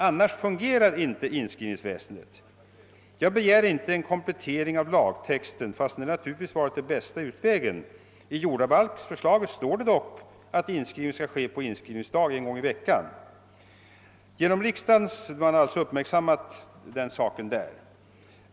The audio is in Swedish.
Annars fungerar inte inskrivningsväsendet. Jag begär inte någon komplettering av lagtexten, fastän detta naturligtvis hade varit den bästa utvägen. I jordabalkförslaget står det dock att inskrivning skall ske på inskrivningsdag en gång i veckan. Man har alltse där uppmärsammat den saken.